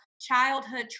childhood